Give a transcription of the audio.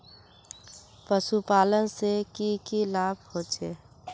पशुपालन से की की लाभ होचे?